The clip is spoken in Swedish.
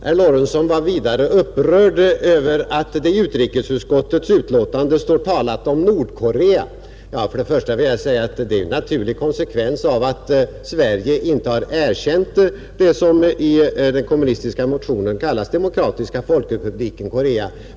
Herr Lorentzon var vidare upprörd över att det i utrikesutskottets betänkande står talat om Nordkorea, Först vill jag säga att detta är en naturlig konsekvens av att Sverige inte har erkänt vad som i den kommunistiska motionen kallas Demokratiska folkrepubliken Korea.